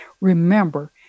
remember